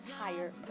higher